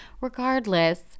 Regardless